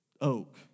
oak